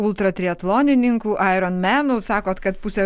ultratriatlonininkų aironmenų sakot kad pusę